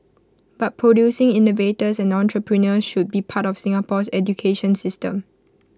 but producing innovators and entrepreneurs should be part of Singapore's education system